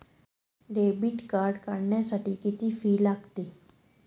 Debit card काढण्यासाठी किती fee लागते?